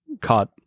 caught